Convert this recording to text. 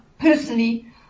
personally